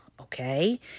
Okay